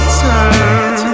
turn